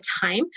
time